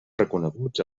reconeguts